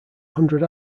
hundred